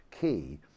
key